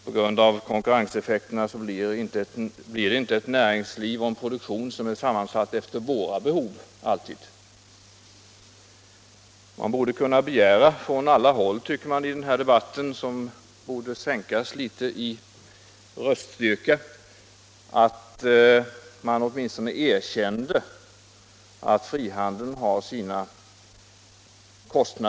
På grund av konkurrensens inverkan får vårt näringsliv och vår produktion inte alltid en sammansättning som överensstämmer med våra behov. Röststyrkan i debatten om dessa frågor borde sänkas något, och man borde på alla håll åtminstone erkänna att frihandeln har sitt pris.